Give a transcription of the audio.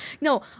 no